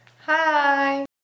Hi